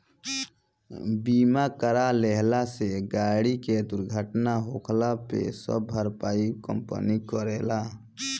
बीमा करा लेहला से गाड़ी के दुर्घटना होखला पे सब भरपाई कंपनी करेला